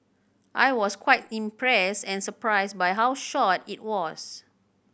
I was quite impressed and surprised by how short it was